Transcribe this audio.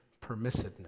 permissiveness